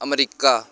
America